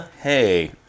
Hey